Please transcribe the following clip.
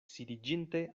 sidiĝinte